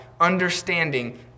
understanding